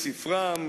בתי-ספרם,